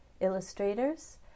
illustrators